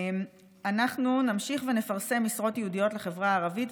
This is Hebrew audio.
אנחנו נמשיך ונפרסם משרות ייעודיות לחברה הערבית,